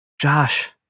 Josh